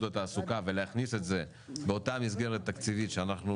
התעסוקה ולהכניס את זה באותה מסגרת תקציבית שאנחנו